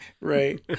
Right